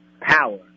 power